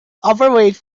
overweight